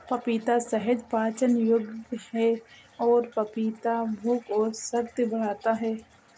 पपीता सहज पाचन योग्य है और पपीता भूख और शक्ति बढ़ाता है